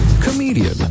comedian